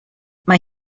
mae